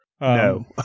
No